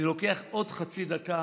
אני לוקח עוד חצי דקה,